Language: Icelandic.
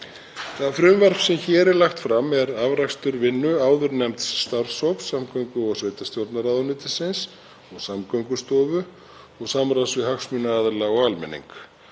Það frumvarp sem hér er lagt fram er afrakstur vinnu áðurnefnds starfshóps samgöngu- og sveitarstjórnarráðuneytisins og Samgöngustofu og samráðs við hagsmunaaðila og almenning.